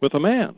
with a man.